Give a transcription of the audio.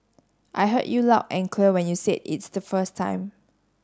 I heard you loud and clear when you said it's the first time